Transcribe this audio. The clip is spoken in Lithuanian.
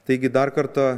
taigi dar kartą